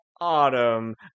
Autumn